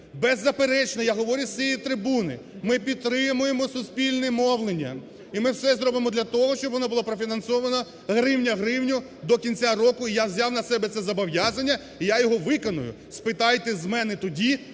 Беззаперечно я говорив з цієї трибуни, ми підтримуємо суспільне мовлення і ми все зробимо для того, щоб воно було профінансовано гривня в гривню до кінця року і я взяв на себе це зобов'язання і я його виконаю. Спитайте з мене тоді,